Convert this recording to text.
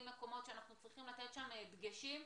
מקומות שאנחנו צריכים לתת שם הדגשים,